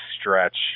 stretch